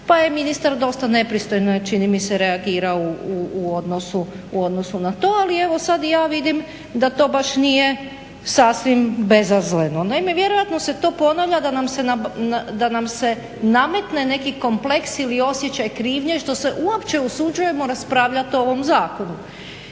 pa je ministar dosta nepristojno čini mi se reagirao u odnosu na to. Ali evo sad i ja vidim da to baš nije sasvim bezazleno. Naime, vjerojatno se to ponavlja da nam se nametne neki kompleks ili osjećaj krivnje što se uopće usuđujemo raspravljati o ovom zakonu